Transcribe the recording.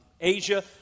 Asia